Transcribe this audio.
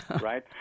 right